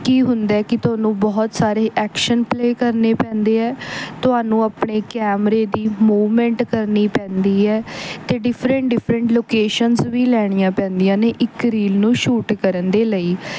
ਕੀ ਹੁੰਦਾ ਕਿ ਤੁਹਾਨੂੰ ਬਹੁਤ ਸਾਰੇ ਐਕਸ਼ਨ ਪਲੇ ਕਰਨੇ ਪੈਂਦੇ ਹੈ ਤੁਹਾਨੂੰ ਆਪਣੇ ਕੈਮਰੇ ਦੀ ਮੂਵਮੈਂਟ ਕਰਨੀ ਪੈਂਦੀ ਹੈ ਅਤੇ ਡਿਫਰੈਂਟ ਡਿਫਰੈਂਟ ਲੋਕੇਸ਼ਨਸ ਵੀ ਲੈਣੀਆਂ ਪੈਂਦੀਆਂ ਨੇ ਇੱਕ ਰੀਲ ਨੂੰ ਸ਼ੂਟ ਕਰਨ ਦੇ ਲਈ